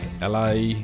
la